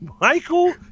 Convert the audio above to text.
Michael